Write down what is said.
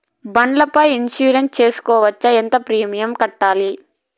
బండ్ల పై ఇన్సూరెన్సు సేసుకోవచ్చా? ఎంత ప్రీమియం కట్టాలి?